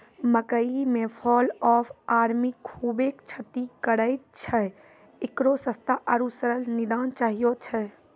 मकई मे fall of army खूबे क्षति करेय छैय, इकरो सस्ता आरु सरल निदान चाहियो छैय?